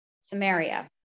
samaria